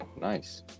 Nice